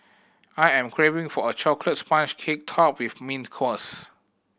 I am craving for a chocolate sponge cake topped with mint cause